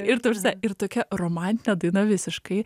ir ta prasme ir tokia romantinė daina visiškai